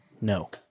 No